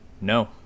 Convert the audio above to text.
no